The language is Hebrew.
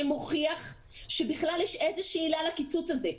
נתון שמוכיח שבכלל יש איזושהי עילה לקיצוץ הזה.